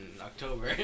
October